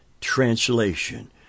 translation